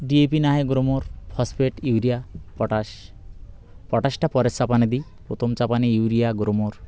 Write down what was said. DAP না হয় Gromor phosphate urea potash পটাশটা পরের চাপানে দিই প্রথম চাপানে ইউরিয়া গুরমোর